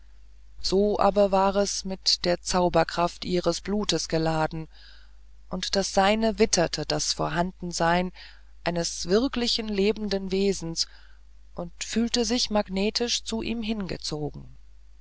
so aber war es mit der zauberkraft ihres blutes geladen und das seine witterte das vorhandensein eines wirklichen lebenden wesens und fühlte sich magnetisch zu ihm hingezogen